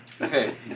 Okay